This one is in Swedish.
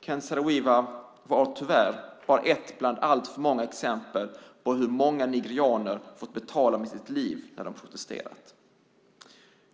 Ken Saro-Wiwa är tyvärr bara ett bland alltför många exempel på hur många nigerianer fått betala med sitt liv när de protesterat.